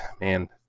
man